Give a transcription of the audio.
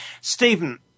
Stephen